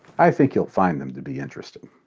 i think you'll find them to be interesting.